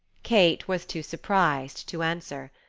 kate was too surprised to answer.